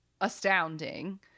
astounding